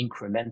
incremental